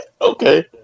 Okay